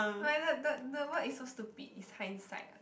but the the the word is so stupid it's hindsight